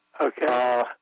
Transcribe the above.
Okay